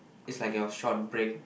it's like your short break